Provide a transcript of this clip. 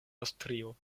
aŭstrio